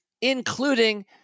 including